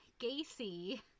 Gacy